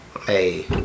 hey